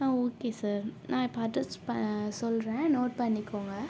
okay sir நான் இப்போ address சொல்லுறன் நோட் பண்ணிக்கோங்க